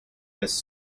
this